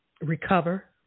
recover